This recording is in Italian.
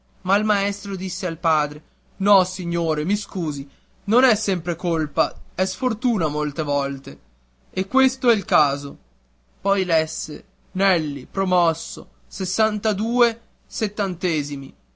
ma il maestro disse al padre no signore mi scusi non è sempre colpa è sfortuna molte volte e questo è il caso poi lesse nelli promosso sessantadue settantesimi